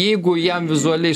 jeigu jam vizualiai